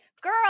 girl